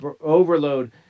Overload